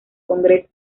congreso